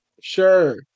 Sure